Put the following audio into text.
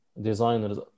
designers